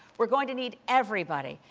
we're going to need everybody.